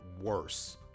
worse